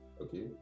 okay